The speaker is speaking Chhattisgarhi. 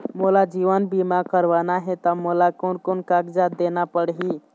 मोला जीवन बीमा करवाना हे ता मोला कोन कोन कागजात देना पड़ही?